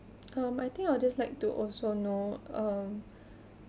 um I think I'll just like to also know uh